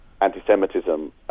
anti-Semitism